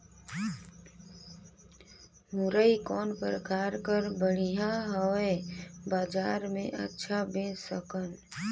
मुरई कौन प्रकार कर बढ़िया हवय? बजार मे अच्छा बेच सकन